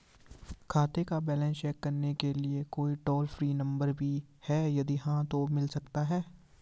खाते का balance check करने के लिए कोई टॉल फ्री नम्बर भी है यदि हाँ तो मिल सकता है?